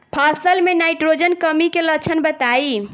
फसल में नाइट्रोजन कमी के लक्षण बताइ?